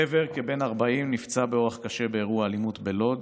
גבר כבן 40 נפצע באורח קשה באירוע אלימות בלוד,